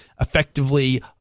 effectively